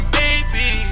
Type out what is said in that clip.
baby